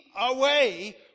away